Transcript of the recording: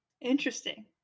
Interesting